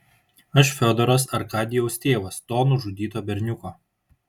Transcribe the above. aš fiodoras arkadijaus tėvas to nužudyto berniuko